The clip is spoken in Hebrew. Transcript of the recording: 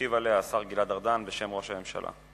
ישיב עליה השר גלעד ארדן, בשם ראש הממשלה.